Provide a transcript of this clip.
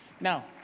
Now